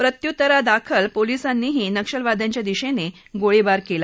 प्रत्युत्तरादाखल पोलिसांनीही नक्षल्यांच्या दिशेनं गोळीबार केला